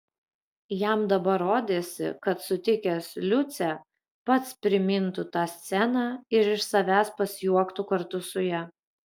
jam dabar rodėsi kad sutikęs liucę pats primintų tą sceną ir iš savęs pasijuoktų kartu su ja